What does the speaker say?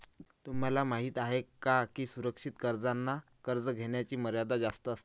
तुम्हाला माहिती आहे का की सुरक्षित कर्जांना कर्ज घेण्याची मर्यादा जास्त असते